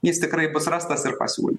jis tikrai bus rastas ir pasiūl